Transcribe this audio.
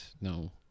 No